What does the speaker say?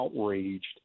outraged